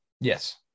Yes